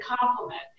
compliment